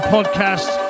Podcast